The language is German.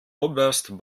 oberst